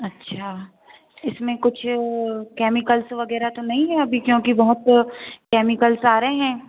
अच्छा इसमें कुछ वो कैमिकल्स वगैरह तो नहीं है अभी क्योंकि बहुत कैमिकल्स आ रहे हैं